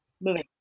Moving